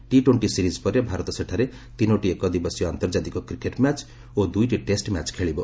ଟି twenty series ପରେ ଭାରତ ସେଠାରେ ତିନୋଟି ଏକଦିବସୀୟ ଆନ୍ତର୍ଜାତିକ କ୍ରିକେଟ୍ ମ୍ୟାଚ୍ ଓ ଦୁଇଟି ଟେଷ୍ଟ ମ୍ୟାଚ୍ ଖେଳିବ